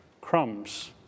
crumbs